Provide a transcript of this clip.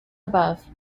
above